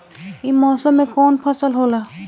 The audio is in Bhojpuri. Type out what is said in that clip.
ई मौसम में कवन फसल होला?